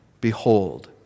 Behold